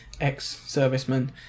ex-serviceman